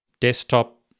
Desktop